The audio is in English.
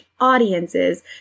audiences